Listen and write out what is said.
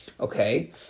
Okay